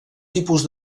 tipus